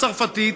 הצרפתית,